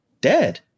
dead